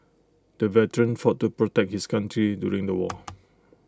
the veteran fought to protect his country during the war